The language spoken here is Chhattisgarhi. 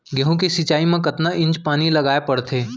गेहूँ के सिंचाई मा कतना इंच पानी लगाए पड़थे?